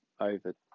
over